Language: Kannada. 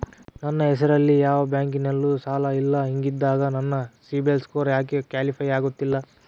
ನನ್ನ ಹೆಸರಲ್ಲಿ ಯಾವ ಬ್ಯಾಂಕಿನಲ್ಲೂ ಸಾಲ ಇಲ್ಲ ಹಿಂಗಿದ್ದಾಗ ನನ್ನ ಸಿಬಿಲ್ ಸ್ಕೋರ್ ಯಾಕೆ ಕ್ವಾಲಿಫೈ ಆಗುತ್ತಿಲ್ಲ?